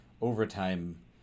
overtime